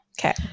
Okay